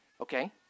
Okay